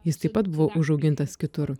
jis taip pat buvo užaugintas kitur